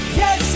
yes